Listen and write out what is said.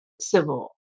civil